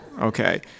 Okay